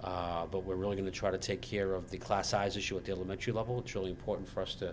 but we're really going to try to take care of the class size issue at the elementary level truly important for us to